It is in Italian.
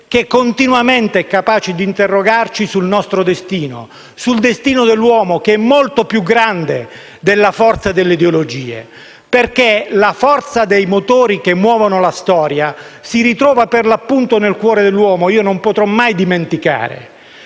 che continuamente è capace di interrogarci sul nostro destino, sul destino dell'uomo che è molto più grande della forza delle ideologie, perché la forza dei motori che muovono la storia si ritrova appunto nel cuore dell'uomo. Non potrò mai dimenticare